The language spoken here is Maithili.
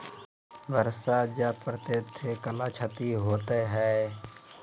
बरसा जा पढ़ते थे कला क्षति हेतै है?